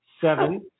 Seven